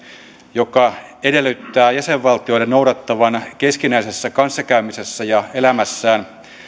joka edellyttää jäsenvaltioiden noudattavan keskinäisessä kanssakäymisessään ja elämässään